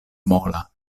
mola